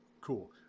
cool